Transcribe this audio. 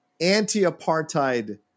anti-apartheid